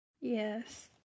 Yes